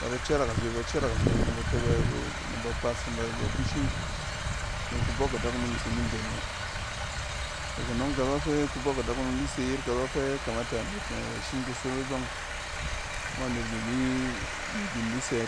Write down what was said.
Ba da carak aze, ba carak aze nɛ ba tɛ ba-ba na ba kpas naba bushung nek kubɔk adakunom se ni mbene. Nek anɔg, karɔ fɛ kubɔk adakumom di se yet karɔ fɛ kamata net shim kusonong azɔg, nɔng anet bin di-bin di sɛ